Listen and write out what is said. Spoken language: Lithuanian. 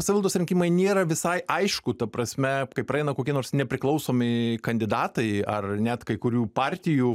savivaldos rinkimai nėra visai aišku ta prasme kai praeina kokie nors nepriklausomi kandidatai ar net kai kurių partijų